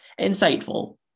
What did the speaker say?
insightful